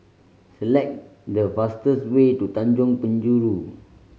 select the fastest way to Tanjong Penjuru